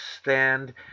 stand